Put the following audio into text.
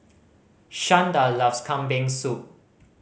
Shanda loves Kambing Soup